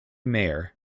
mayer